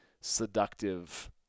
seductive